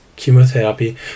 chemotherapy